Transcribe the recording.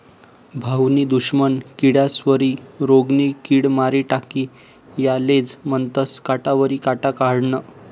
भाऊनी दुश्मन किडास्वरी रोगनी किड मारी टाकी यालेज म्हनतंस काटावरी काटा काढनं